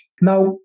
Now